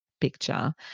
picture